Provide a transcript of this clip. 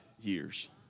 years